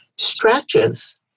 Stretches